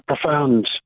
profound